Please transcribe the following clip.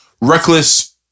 reckless